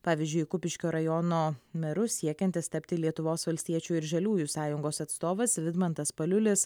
pavyzdžiui kupiškio rajono meru siekiantis tapti lietuvos valstiečių ir žaliųjų sąjungos atstovas vidmantas paliulis